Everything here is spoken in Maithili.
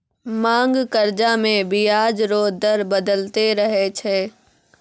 मांग कर्जा मे बियाज रो दर बदलते रहै छै